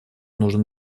нужно